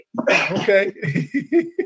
Okay